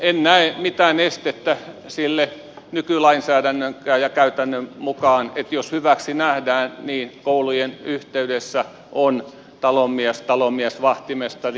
en näe mitään estettä nykylainsäädännön ja nykykäytännön mukaan sille että jos hyväksi nähdään niin koulujen yhteydessä on talonmies talonmies vahtimestari